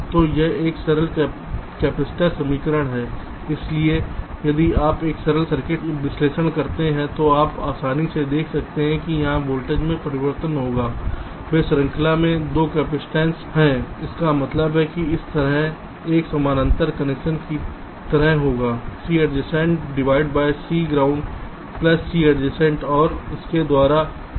तो यह एक सरल कपैसिटर समीकरण है यदि आप एक सरल सर्किट विश्लेषण करते हैं तो आप आसानी से देख सकते हैं कि यहां वोल्टेज में परिवर्तन होगा वे श्रृंखला में 2 कपसिटंस हैं इसका मतलब है यह इस तरह एक समानांतर कनेक्शन की तरह होगा C adjacent divide by C g ground plus C adjacent और इसके द्वारा गुणा